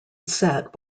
set